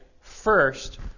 first